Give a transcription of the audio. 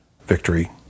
victory